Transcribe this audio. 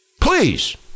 Please